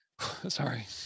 sorry